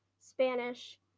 Spanish